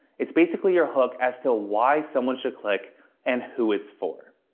it's basically your hook as to why someone should click and who it's for.